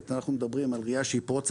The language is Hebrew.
אנחנו מדברים על ראייה שהיא פרו צרכנית,